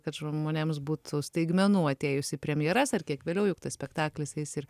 kad žmonėms būtų staigmenų atėjus į premjeras ar kiek vėliau juk tas spektaklis eis ir